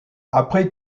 après